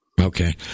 okay